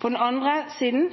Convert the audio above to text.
På den andre siden